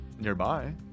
nearby